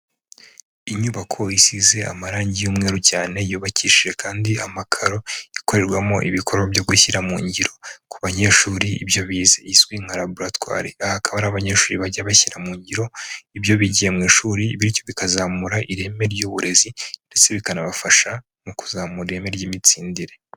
Inyubako isize amarangi y'umweru cyane, yubakishije kandi amakaro, ikorerwamo ibikorwa byo gushyira mu ngiro ku banyeshuri ibyo bize, izwi nka laboratwari, aha hakaba ari abanyeshuri bajya bashyira mu ngiro ibyo bigiye mu ishuri, bityo bikazamura ireme ry'uburezi ndetse bikanabafasha mu kuzamura ireme ry'imitsindire.